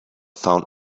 found